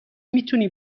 میتونی